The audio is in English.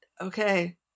Okay